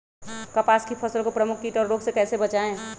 कपास की फसल को प्रमुख कीट और रोग से कैसे बचाएं?